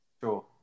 sure